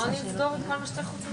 אני מציעה שנשמע גורמים נוספים.